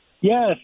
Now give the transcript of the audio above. Yes